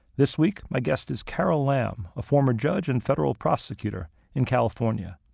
this week, my guest is carol lam, a former judge and federal prosecutor in california.